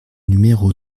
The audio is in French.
numéro